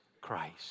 Christ